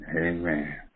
Amen